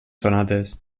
sonates